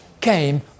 came